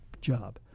job